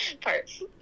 parts